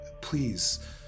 please